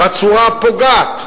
בצורה הפוגעת,